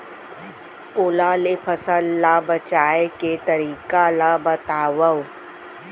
ओला ले फसल ला बचाए के तरीका ला बतावव?